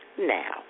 Now